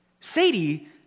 Sadie